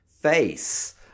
face